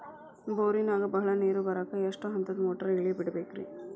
ಬೋರಿನಾಗ ಬಹಳ ನೇರು ಬರಾಕ ಎಷ್ಟು ಹಂತದ ಮೋಟಾರ್ ಇಳೆ ಬಿಡಬೇಕು ರಿ?